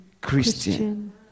christian